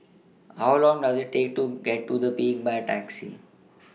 How Long Does IT Take to get to The Peak By Taxi